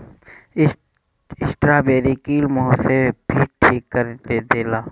strawberry कील मुंहासा के भी ठीक कर देला